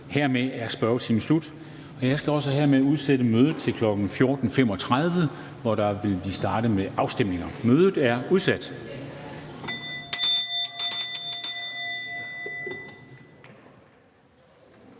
hermed er spørgetimen slut. Jeg skal her udsætte mødet. Det genoptages kl. 14.35, hvor vi starter med afstemninger. Mødet er udsat.